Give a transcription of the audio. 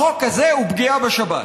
החוק הזה הוא פגיעה בשבת,